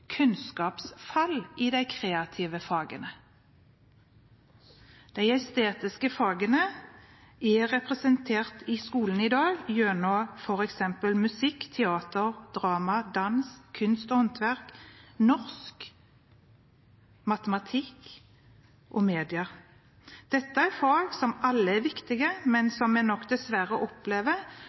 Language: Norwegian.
kunnskapsfall i de kreative fagene. De estetiske fagene er representert i skolen i dag gjennom f.eks. musikk, teater, drama, dans, kunst og håndverk, norsk, matematikk og media. Dette er fag som alle er viktige, men som vi nok dessverre